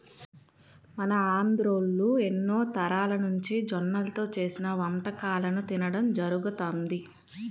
మన ఆంధ్రోల్లు ఎన్నో తరాలనుంచి జొన్నల్తో చేసిన వంటకాలను తినడం జరుగతంది